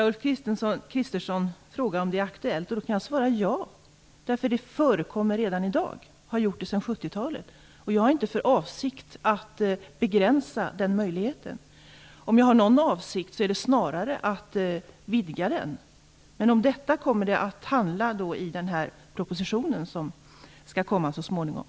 Fru talman! Ulf Kristersson frågade om det var aktuellt, och då kan jag svara ja. Det förekommer redan i dag och har gjort det sedan 70-talet. Jag har inte för avsikt att begränsa den möjligheten. Då är min avsikt snarare att vidga den. Men om detta handlar den proposition som skall komma så småningom.